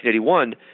1981